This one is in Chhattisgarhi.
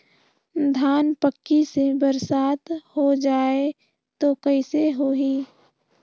धान पक्की से बरसात हो जाय तो कइसे हो ही?